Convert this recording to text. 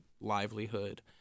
livelihood